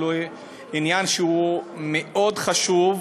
זה לא יכול להיות,